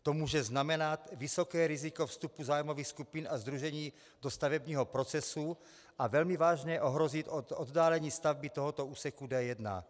To může znamenat vysoké riziko vstupu zájmových skupin a sdružení do stavebního procesu a velmi vážně ohrozit oddálení stavby tohoto úseku D1.